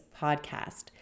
podcast